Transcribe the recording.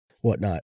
whatnot